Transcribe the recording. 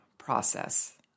process